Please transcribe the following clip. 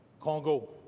Congo